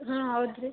ಹಾಂ ಹೌದ್ ರೀ